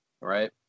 right